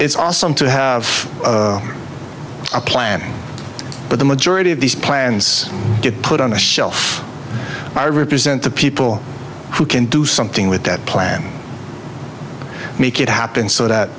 it's awesome to have a plan but the majority of these plans get put on the shelf i represent the people who can do something with that plan make it happen so that